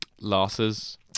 Losses